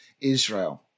Israel